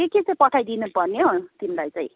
के के चाहिँ पठाइदिनुपर्ने हो तिमीलाई चाहिँ